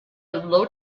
low